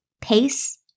pace